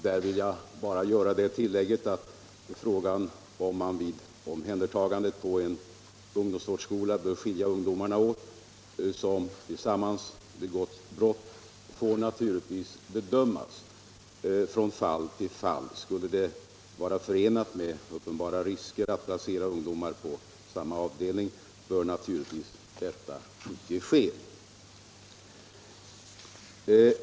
Jag vill bara göra tillägget att frågan, om man vid ett omhändertagande på en ungdomsvårdsskola bör skilja ungdomar åt som tillsammans begått brott, naturligtvis får bedömas från fall till fall. Skulle det vara förenat med uppenbara risker att placera ungdomar på samma avdelning bör det givetvis icke ske.